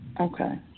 Okay